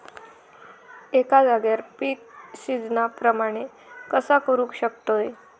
एका जाग्यार पीक सिजना प्रमाणे कसा करुक शकतय?